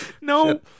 No